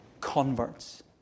converts